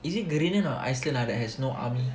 is it greenland or iceland ah that has no army